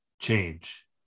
change